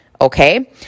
Okay